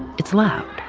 it's loud.